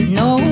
no